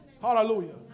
Hallelujah